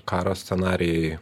karo scenarijai